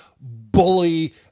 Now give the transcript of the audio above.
bully